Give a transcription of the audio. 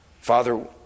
Father